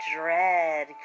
Dread